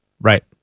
Right